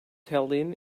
tallinn